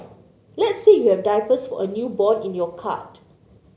let's say you have diapers for a newborn in your cart